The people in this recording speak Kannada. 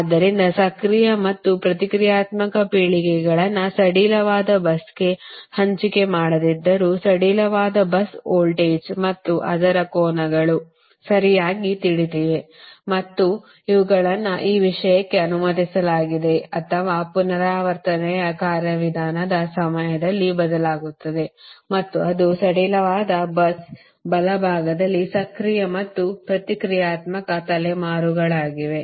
ಆದ್ದರಿಂದ ಸಕ್ರಿಯ ಮತ್ತು ಪ್ರತಿಕ್ರಿಯಾತ್ಮಕ ಪೀಳಿಗೆಗಳನ್ನು ಸಡಿಲವಾದ busಗೆ ಹಂಚಿಕೆ ಮಾಡದಿದ್ದರೂ ಸಡಿಲವಾದ bus ವೋಲ್ಟೇಜ್ ಮತ್ತು ಅದರ ಕೋನಗಳು ಸರಿಯಾಗಿ ತಿಳಿದಿವೆ ಮತ್ತು ಇವುಗಳನ್ನು ಈ ವಿಷಯಕ್ಕೆ ಅನುಮತಿಸಲಾಗಿದೆ ಅಥವಾ ಪುನರಾವರ್ತನೆಯ ಕಾರ್ಯವಿಧಾನದ ಸಮಯದಲ್ಲಿ ಬದಲಾಗುತ್ತವೆ ಮತ್ತು ಅದು ಸಡಿಲವಾದ bus ಬಲಭಾಗದಲ್ಲಿ ಸಕ್ರಿಯ ಮತ್ತು ಪ್ರತಿಕ್ರಿಯಾತ್ಮಕ ತಲೆಮಾರುಗಳಾಗಿವೆ